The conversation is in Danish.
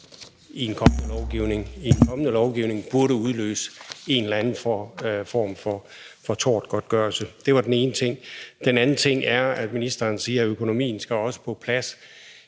i, at det her i en kommende lovgivning burde udløse en eller anden form for tortgodtgørelse. Det var den ene ting. Den anden ting er, at ministeren siger, at økonomien også skal på plads.